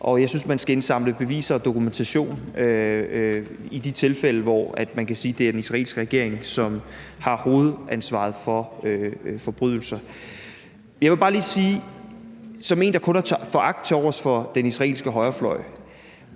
og jeg synes, man skal indsamle beviser og dokumentation i de tilfælde, hvor man kan sige, at det er den israelske regering, som har hovedansvaret for forbrydelser. Jeg vil bare lige spørge som en, der kun har foragt tilovers for den israelske højrefløj,